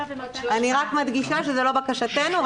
אני רק מדגישה שזאת לא בקשתנו.